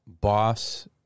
Boss